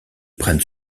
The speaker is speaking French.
prennent